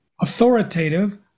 authoritative